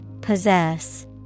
Possess